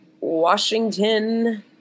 Washington